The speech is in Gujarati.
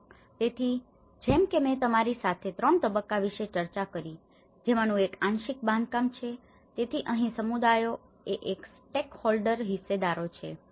તેથી જેમ કે મેં તમારી સાથે 3 તબક્કા વિશે ચર્ચા કરી હતી જેમાનું એક આંશિક બાંધકામ છે તેથી અહીં સમુદાયો એ સ્ટેકહોલ્ડર્સstakeholdersહિસ્સેદારો છે